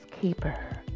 keeper